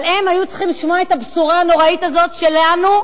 אבל הם היו צריכים לשמוע את הבשורה הנוראית הזאת שלנו,